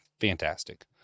Fantastic